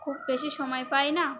খুব বেশি সময় পাই না